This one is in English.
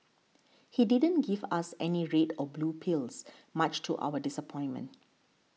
he didn't give us any red or blue pills much to our disappointment